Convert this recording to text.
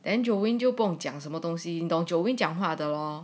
then jolene 就不懂讲什么东西你懂 jolene 讲话的 lor